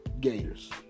Gators